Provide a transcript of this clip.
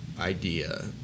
idea